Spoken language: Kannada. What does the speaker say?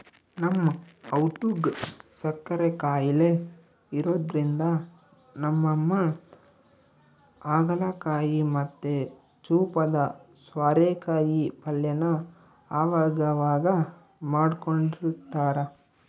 ನಮ್ ಅವ್ವುಗ್ ಸಕ್ಕರೆ ಖಾಯಿಲೆ ಇರೋದ್ರಿಂದ ನಮ್ಮಮ್ಮ ಹಾಗಲಕಾಯಿ ಮತ್ತೆ ಚೂಪಾದ ಸ್ವಾರೆಕಾಯಿ ಪಲ್ಯನ ಅವಗವಾಗ ಮಾಡ್ಕೊಡ್ತಿರ್ತಾರ